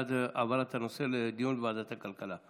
בעד העברת הנושא לדיון בוועדת הכלכלה.